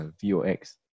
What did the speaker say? V-O-X